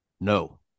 no